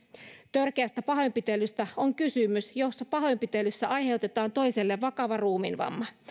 törkeästä pahoinpitelystä on kysymys jos pahoinpitelyssä aiheutetaan toiselle vakava ruumiin vamma